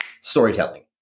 storytelling